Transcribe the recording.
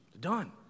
Done